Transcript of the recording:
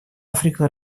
африка